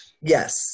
Yes